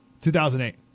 2008